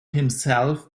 himself